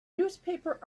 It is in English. newspaper